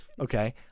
Okay